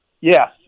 Yes